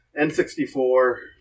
N64